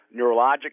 neurologic